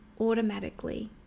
automatically